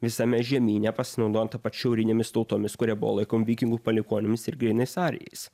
visame žemyne pasinaudojant tai pat šiaurinėmis tautomis kurie buvo laikomi vikingų palikuonimis ir grynai arijais